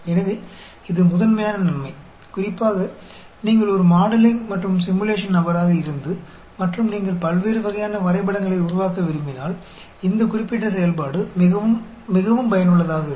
எனவே இது முதன்மையான நன்மை குறிப்பாக நீங்கள் ஒரு மாடலிங் மற்றும் சிமுலேஷன் நபராக இருந்து மற்றும் நீங்கள் பல்வேறு வகையான வரைபடங்களை உருவாக்க விரும்பினால் இந்த குறிப்பிட்ட செயல்பாடு மிகவும் மிகவும் பயனுள்ளதாக இருக்கும்